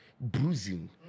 bruising